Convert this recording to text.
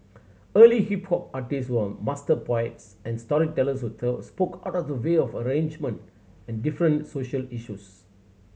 early hip hop artist were master poets and storytellers who tell spoke out the wild arrangement in different social issues